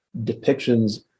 depictions